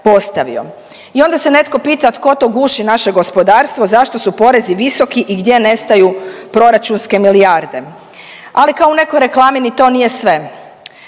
I onda se netko pita tko to guši naše gospodarstvo, zašto su porezi visoki i gdje nestaju proračunske milijarde. Ali kao u nekoj reklami, ni to nije sve,